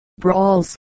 brawls